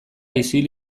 isil